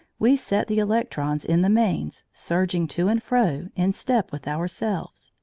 we set the electrons in the mains surging to and fro in step with ourselves.